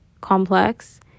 complex